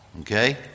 okay